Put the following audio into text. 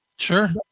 Sure